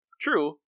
True